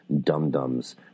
dum-dums